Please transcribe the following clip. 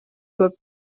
көп